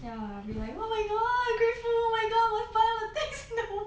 ya I will be like oh my god grateful oh my god I want to buy all the things